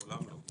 לעולם לא.